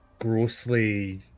grossly